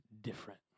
different